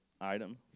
item